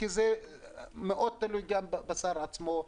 וזה מאוד תלוי בשר עצמו,